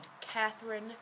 Catherine